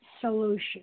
solution